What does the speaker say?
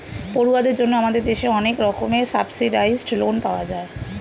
পড়ুয়াদের জন্য আমাদের দেশে অনেক রকমের সাবসিডাইস্ড্ লোন পাওয়া যায়